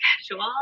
schedule